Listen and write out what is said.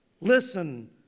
Listen